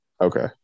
Okay